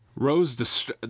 Rose